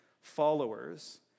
followers